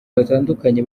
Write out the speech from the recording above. batandukanye